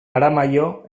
aramaio